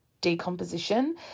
decomposition